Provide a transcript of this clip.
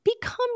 become